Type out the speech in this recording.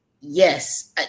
Yes